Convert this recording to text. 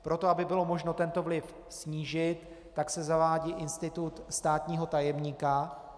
Pro to, aby bylo možno tento vliv snížit, se zavádí institutu státního tajemníka.